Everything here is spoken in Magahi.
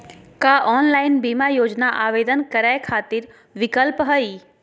का ऑनलाइन बीमा योजना आवेदन करै खातिर विक्लप हई?